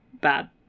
bad